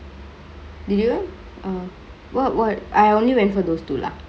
did you ah what what I only went for those two lah